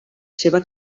seva